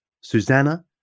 Susanna